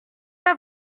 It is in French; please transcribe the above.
pas